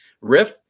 riff